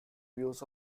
views